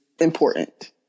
important